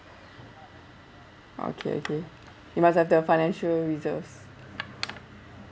okay okay you must have the financial reserves